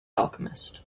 alchemist